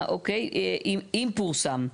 אה, אוקיי, אם פורסם.